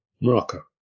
Morocco